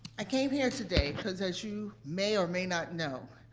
i came here today, because as you may or may not know,